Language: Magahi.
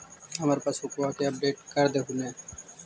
हमार पासबुकवा के अपडेट कर देहु ने?